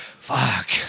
fuck